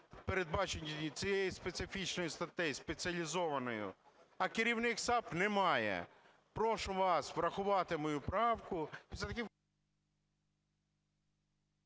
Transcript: передбачену цією специфічною статтею, спеціалізованою, а керівник САП не має. Прошу вас врахувати мою правку.